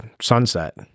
sunset